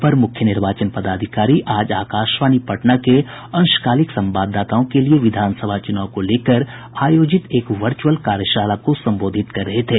अपर मुख्य निर्वाचन पदाधिकारी आज आकाशवाणी पटना के अंशकालिक संवाददाताओं के लिये विधानसभा चुनाव को लेकर आयोजित एक वर्चअल कार्यशाला को संबोधित कर रहे थे